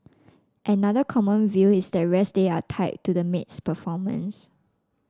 another common view is that rest day are tied to the maid's performance